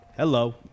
Hello